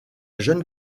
jeune